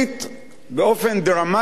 באופן דרמטי מאוד